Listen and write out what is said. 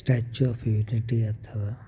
statue of Unity अथव